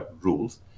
rules